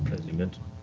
as you mentioned.